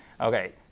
okay